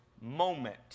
moment